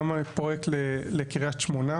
גם פרויקט לקריית שמונה,